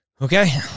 Okay